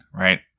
Right